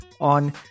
On